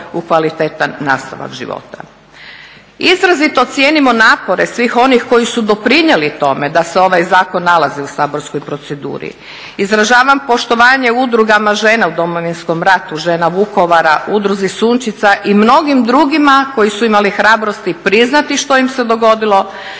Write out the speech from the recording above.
u kvalitetan nastavak života. Izrazito cijenimo napore svih onih koji su doprinijeli tome da se ovaj zakon nalazi u saborskoj proceduri. Izražavam poštovanje udrugama žena u Domovinskom ratu, žena Vukovara, Udruzi "Sunčica" i mnogim drugima koje su imale hrabrosti priznati što im se dogodilo,